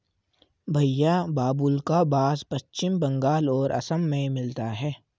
भईया बाबुल्का बास पश्चिम बंगाल और असम में मिलता है